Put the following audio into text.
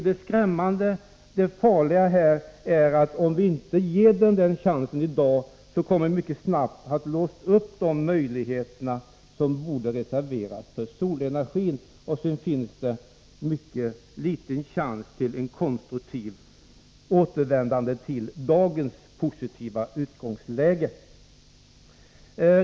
Det skrämmande och farliga är att om vi inte ger solenergin den chansen i dag, så kommer vi snabbt att ha låst upp de resurser som borde reserveras för solenergi. Sedan finns det mycket liten chans till ett konstruktivt återvändande till dagens positiva utgångsläge.